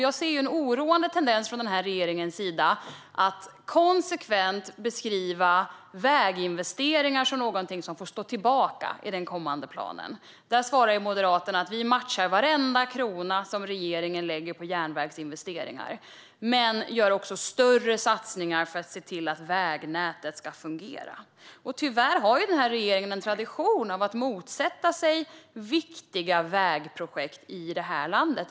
Jag ser en oroande tendens från regeringens sida: att man konsekvent beskriver väginvesteringar som någonting som får stå tillbaka i den kommande planen. Där svarar vi moderater att vi matchar varenda krona som regeringen lägger på järnvägsinvesteringar, men vi gör också större satsningar för att se till att vägnätet ska fungera. Tyvärr har denna regering en tradition av att motsätta sig viktiga vägprojekt i landet.